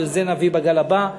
אבל את זה נביא בגל הבא.